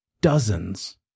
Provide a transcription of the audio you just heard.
dozens